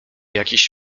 jakiś